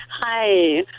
Hi